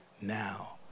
now